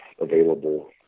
available